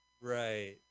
Right